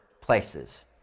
places